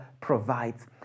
provides